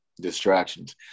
distractions